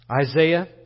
Isaiah